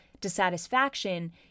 dissatisfaction